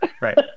Right